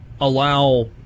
allow